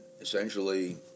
essentially